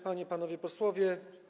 Panie i Panowie Posłowie!